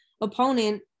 opponent